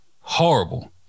horrible